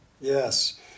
yes